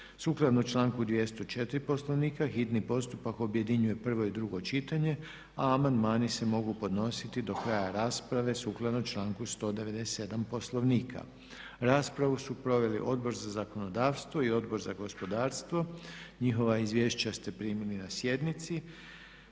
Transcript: Sukladno članku 204. Poslovnika hitni postupak objedinjuje prvo i drugo čitanje a amandmani se mogu podnositi do kraja rasprave sukladno članku 197. Poslovnika. Raspravu su proveli Odbor za zakonodavstvo, Odbor za gospodarstvo. Izvješća ste primili na sjednici.